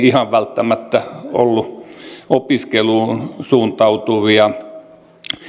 ihan välttämättä olleet opiskeluun suuntautuvia